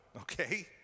okay